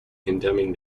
condemning